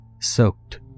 soaked